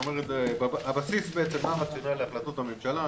הבסיס בעצם להחלטות הממשלה,